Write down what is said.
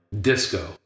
Disco